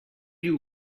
you